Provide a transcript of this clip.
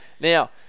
Now